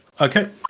okay